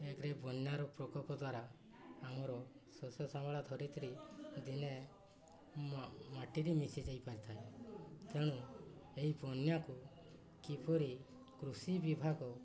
ଏକ୍ରେ ବନ୍ୟାର ପ୍ରୋକପ ଦ୍ୱାରା ଆମର ଶସ୍ୟ ଶ୍ୟାମଳା ଧରିତ୍ରୀ ଦିନେ ମାଟିରେ ମିଶି ଯାଇପାରିଥାଏ ତେଣୁ ଏହି ବନ୍ୟାକୁ କିପରି କୃଷି ବିଭାଗ